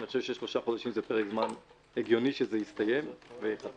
אני חושב ששלושה חודשים זה פרק זמן הגיוני שיסתיים וייחתם.